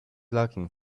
looking